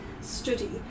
study